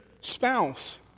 spouse